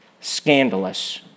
scandalous